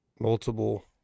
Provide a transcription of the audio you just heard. multiple